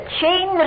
chain